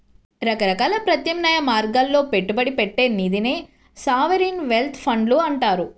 రకరకాల ప్రత్యామ్నాయ మార్గాల్లో పెట్టుబడి పెట్టే నిధినే సావరీన్ వెల్త్ ఫండ్లు అంటారు